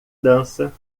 dança